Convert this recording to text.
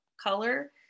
color